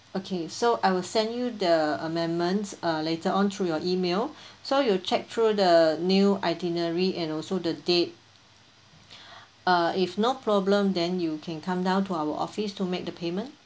okay so I will send you the amendments uh later on through your email so your check through the new itinerary and also the date uh if no problem then you can come down to our office to make the payment